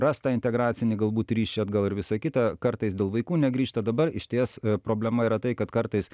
ras tą integracinį galbūt ryšį atgal ir visa kita kartais dėl vaikų negrįžta dabar išties problema yra tai kad kartais